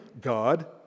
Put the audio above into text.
God